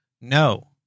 No